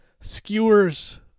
skewers